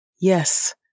Yes